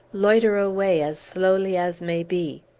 loiter away as slowly as may be.